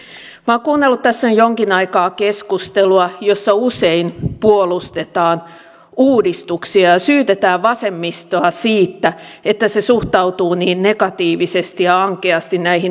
minä olen kuunnellut tässä jo jonkin aikaa keskustelua jossa usein puolustetaan uudistuksia ja syytetään vasemmistoa siitä että se suhtautuu niin negatiivisesti ja ankeasti näihin uudistuksiin